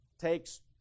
takes